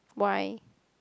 why